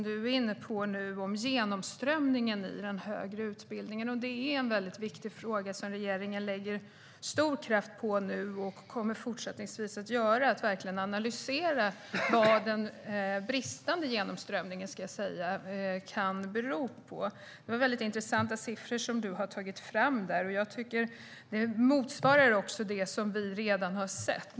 Du var inne på genomströmningen i den högre utbildningen, Hans Rothenberg. Det är en viktig fråga som regeringen lägger stor kraft på nu och även fortsättningsvis. Vi måste analysera vad den bristande genomströmningen beror på. Det var intressanta siffror som du lade fram, och de motsvarar det vi redan har sett.